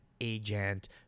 agent